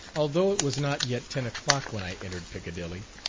although it was not yet ten o'clock when i entered piccadilly,